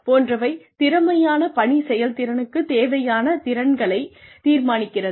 போன்றவை திறமையான பணி செயல்திறனுக்கு தேவையான திறன்களை தீர்மானிக்கிறது